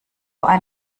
ein